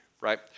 right